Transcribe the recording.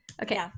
Okay